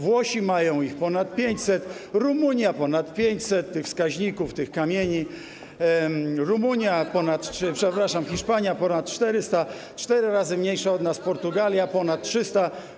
Włosi mają ich ponad 500, Rumunia ma ponad 500 tych wskaźników, tych kamieni, Rumunia ponad... przepraszam, Hiszpania - ponad 400, cztery razy mniejsza od nas Portugalia - ponad 300.